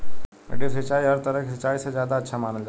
drip सिंचाई हर तरह के सिचाई से ज्यादा अच्छा मानल जाला